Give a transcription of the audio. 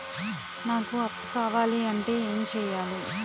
నాకు అప్పు కావాలి అంటే ఎం చేయాలి?